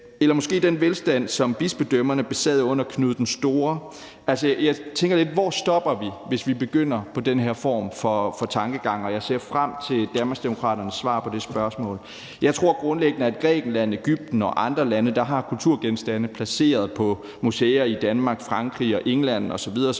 eller måske den velstand, som bispedømmerne besad under Knud den Store? Jeg tænker lidt: Hvor stopper vi, hvis vi begynder på den her form for tankegang? Jeg ser frem til Danmarksdemokraternes svar på det spørgsmål. Jeg tror grundlæggende, at Grækenland, Egypten og andre lande, der har kulturgenstande placeret på museer i Danmark, Frankrig og England osv.